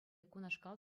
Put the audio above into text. кунашкал